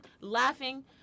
laughing